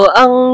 ang